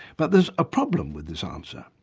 but there's a problem with this answer.